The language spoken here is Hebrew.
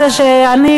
אז זהו שאני,